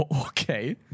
Okay